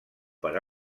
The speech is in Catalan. per